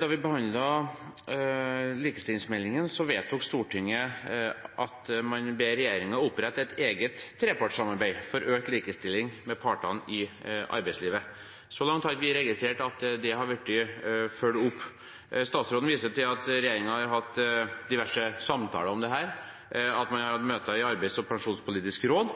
Da vi behandlet likestillingsmeldingen, vedtok Stortinget at man ber regjeringen opprette et eget trepartssamarbeid for økt likestilling for partene i arbeidslivet. Så langt har vi ikke registrert at det har blitt fulgt opp. Statsråden viste til at regjeringen har hatt diverse samtaler om dette, at man har hatt møter i Arbeidslivs- og pensjonspolitisk råd.